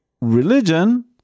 religion